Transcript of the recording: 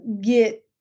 get